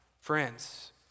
Friends